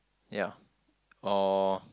ya or